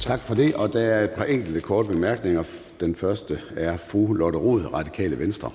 Tak for det. Der er et par enkelte korte bemærkninger. Den første er fra fru Lotte Rod, Radikale Venstre.